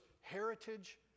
heritage